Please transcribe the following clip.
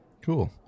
Cool